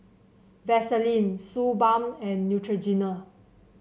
Vaselin Suu Balm and Neutrogena